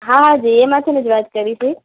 હા જી એમાંથી જ વાત કરીએ છીએ